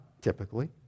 typically